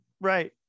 Right